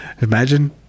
imagine